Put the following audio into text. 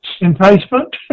Enticement